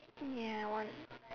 ya I want